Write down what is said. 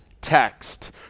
text